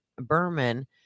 Berman